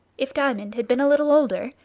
if diamond had been a little older,